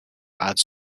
adds